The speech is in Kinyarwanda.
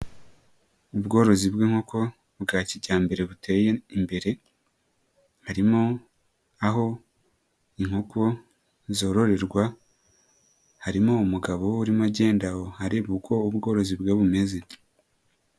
Ubworozi bw'inkoko bwa kijyambere buteye imbere, harimo aho inkoko zororerwa, harimo umugabo urimo agenda aho areba uko ubworozi bwe bumeze.